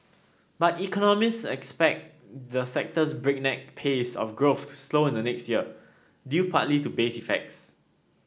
but economists expect the sector's breakneck pace of growth to slow in the next year due partly to base effects